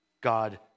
God